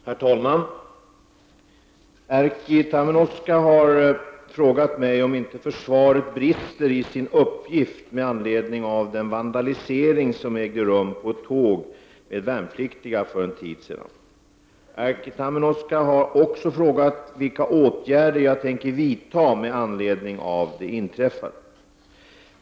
Herr talman! Erkki Tammenoksa har frågat mig om inte försvaret brister i sin uppgift med anledning av den vandalisering som ägde rum på ett tåg med värnpliktiga för en tid sedan. Erkki Tammenoksa har också frågat vilka åtgärder jag tänker vidta med anledning av det inträffade.